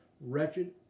wretched